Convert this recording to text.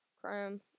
chrome